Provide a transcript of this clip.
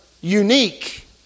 unique